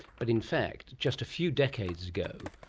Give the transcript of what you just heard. but in fact, just a few decades ago,